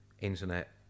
internet